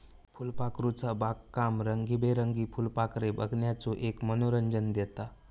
फुलपाखरूचा बागकाम रंगीबेरंगीत फुलपाखरे बघण्याचो एक मनोरंजन देता